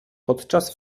podczas